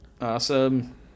Awesome